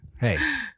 hey